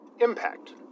impact